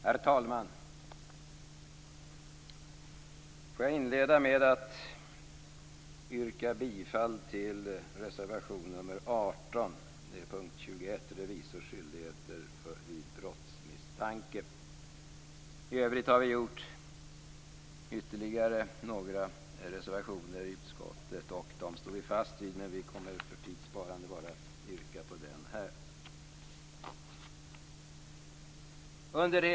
Herr talman! Jag vill inleda med att yrka bifall till reservation nr 18. Det gäller punkt 21 om revisors skyldigheter vid brottsmisstanke. I övrigt har vi gjort ytterligare några reservationer i utskottet, och dem står vi fast vid, men vi kommer för tids vinnande bara att yrka bifall till reservation 18.